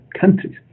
countries